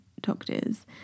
doctors